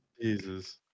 Jesus